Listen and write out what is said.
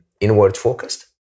inward-focused